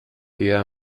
eher